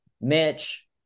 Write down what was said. Mitch